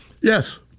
Yes